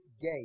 gate